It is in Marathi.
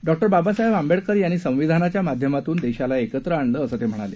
डॉक्टर बाबासाहेब आंबेडकर यांनी संविधानाच्या माध्यमातून देशाला एकत्र आणलं असं ते म्हणाले